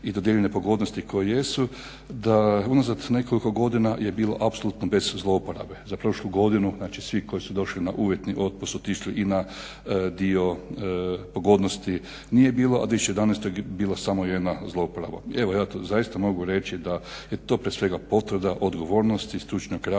i dodijeljene pogodnosti koje jesu, da unazad nekolik godina je bilo apsolutno bez zlouporabe, za prošlu godinu, znači svi koji su došli na uvjetni otpust su otišli i na dio pogodnosti nije bilo, a u 2011. godini je bila samo jedna zlouporaba. Evo ja zaista mogu reći da je to prije svega potvrda odgovornosti, stručnog rada,